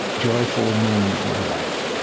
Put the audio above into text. joyful moment of my life,